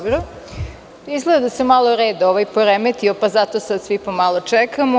Izgleda da se malo ovaj red poremetio, pa zato sada svi po malo čekamo.